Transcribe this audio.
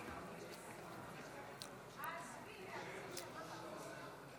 אני קובע